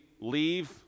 leave